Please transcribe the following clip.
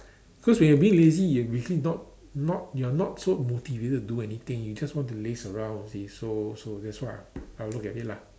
cause when you are being lazy you not not you are not so motivated to do anything you just want to laze around you see so so that's what I'll look at it lah